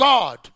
God